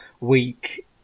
week